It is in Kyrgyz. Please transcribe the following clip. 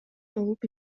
болуп